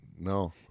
no